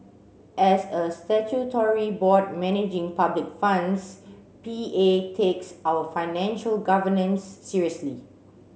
as a statutory board managing public funds P A takes our financial governance seriously